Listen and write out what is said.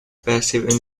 passive